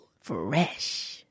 Fresh